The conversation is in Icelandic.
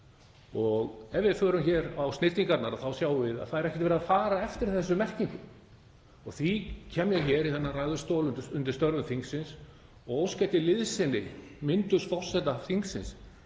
og ef við förum hér á snyrtingarnar þá sjáum við að það er ekkert verið að fara eftir þessum merkingum. Því kem ég hér í þennan ræðustól undir störfum þingsins og óska eftir liðsinni myndugs forseta þingsins